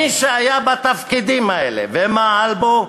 מי שהיה בתפקידים האלה ומעל בהם,